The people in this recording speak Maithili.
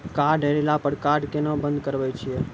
कार्ड हेरैला पर कार्ड केना बंद करबै छै?